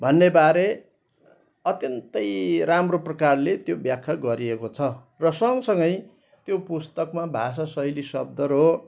भन्नेबारे अत्यन्तै राम्रो प्रकारले त्यो ब्याख्या गरिएको छ र सँगसँगै त्यो पुस्तकमा भाषा शैली शब्द र